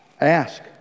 Ask